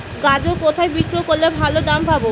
গাজর কোথায় বিক্রি করলে ভালো দাম পাব?